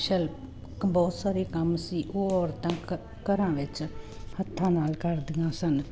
ਸ਼ਿਲਪ ਬਹੁਤ ਸਾਰੇ ਕੰਮ ਸੀ ਉਹ ਔਰਤਾਂ ਘ ਘਰਾਂ ਵਿੱਚ ਹੱਥਾਂ ਨਾਲ ਕਰਦੀਆਂ ਸਨ